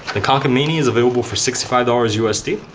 the kanken mini is available for sixty five dollars usd.